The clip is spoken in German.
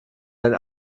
ein